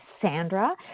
Sandra